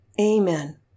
Amen